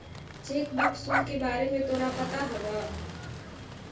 Cheque book शुल्क के बारे में तोरा पता हवा?